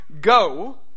Go